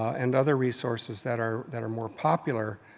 and other resources that are that are more popular,